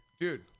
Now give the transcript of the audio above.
dude